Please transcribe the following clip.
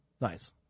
Nice